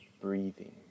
breathing